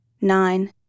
Nine